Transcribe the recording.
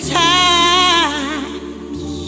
times